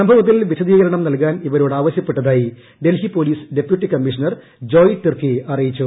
സംഭവത്തിൽ വിശദീകരണം നൽകാൻ ഇവരോട് ആവശ്യപ്പെട്ടതായി Delhi police deputy commissioner Joy Tirkey അറിയിച്ചു